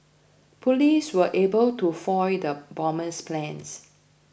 police were able to foil the bomber's plans